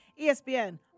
ESPN